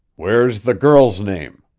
where's the girl's name?